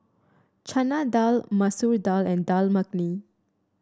Chana Dal Masoor Dal and Dal Makhani